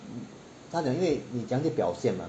因为你怎么样去表现 mah